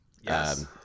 Yes